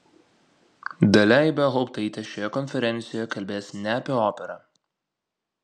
dalia ibelhauptaitė šioje konferencijoje kalbės ne apie operą